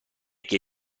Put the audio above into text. che